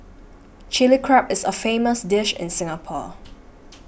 Chilli Crab is a famous dish in Singapore